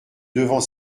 devant